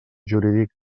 jurídic